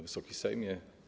Wysoki Sejmie!